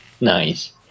nice